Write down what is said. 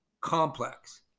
complex